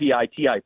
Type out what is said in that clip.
piti